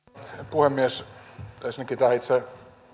puhemies ensinnäkin tähän itse